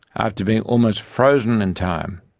after being almost frozen in time,